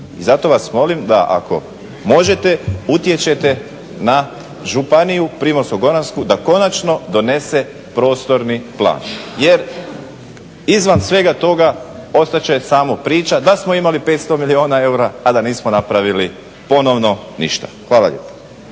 I zato vas molim da ako možete da utječete na županiju Primorsko-goransku da konačno donese prostorni plan jer izvan svega toga ostat će samo priča da smo imali 500 milijuna eura a da nismo napravili ponovo ništa. Hvala lijepa.